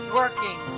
working